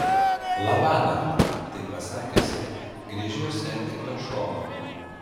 labanakt tai pasakiusi gręžiuosi ant kito šono